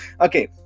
Okay